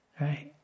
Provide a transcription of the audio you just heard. right